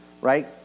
Right